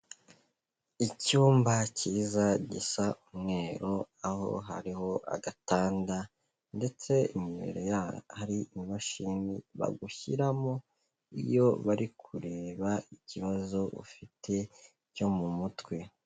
Icyumba kiza gisa umweru, aho hariho agatanda ndetse imbere yaho hari imashini bagushyiramo iyo bari kureba ikibazo ufite cyo mu mutwe.